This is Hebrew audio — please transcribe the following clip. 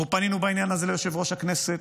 אנחנו פנינו בעניין הזה ליושב-ראש הכנסת.